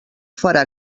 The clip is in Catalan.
farà